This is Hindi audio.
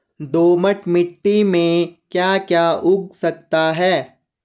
दोमट मिट्टी में म ैं क्या क्या उगा सकता हूँ?